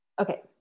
Okay